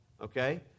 okay